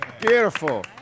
beautiful